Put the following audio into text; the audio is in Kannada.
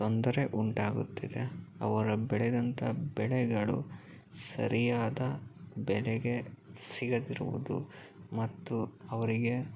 ತೊಂದರೆ ಉಂಟಾಗುತ್ತಿದೆ ಅವರ ಬೆಳೆದಂಥ ಬೆಳೆಗಳು ಸರಿಯಾದ ಬೆಲೆಗೆ ಸಿಗದಿರುವುದು ಮತ್ತು ಅವರಿಗೆ